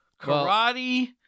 Karate